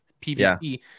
PVC